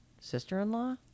sister-in-law